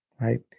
right